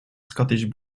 scottish